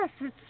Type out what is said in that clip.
yes